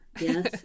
yes